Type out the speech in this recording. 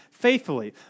faithfully